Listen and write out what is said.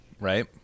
right